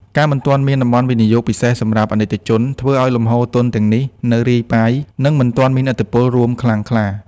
ការមិនទាន់មាន "តំបន់វិនិយោគពិសេសសម្រាប់ អាណិកជន" ធ្វើឱ្យលំហូរទុនទាំងនេះនៅរាយប៉ាយ និងមិនទាន់មានឥទ្ធិពលរួមខ្លាំងក្លា។